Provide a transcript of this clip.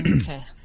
Okay